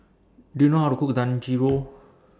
Do YOU know How to Cook Dangojiru